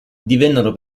divennero